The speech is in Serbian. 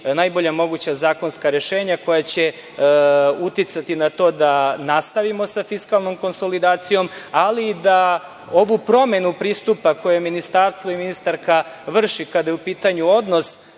najbolja moguća zakonska rešenja koja će uticati na to da nastavimo sa fiskalnom konsolidacijom, ali da ovu promenu pristupa koju ministarstvo i ministarka vrši kada je u pitanju odnos